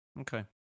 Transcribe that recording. Okay